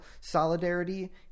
solidarity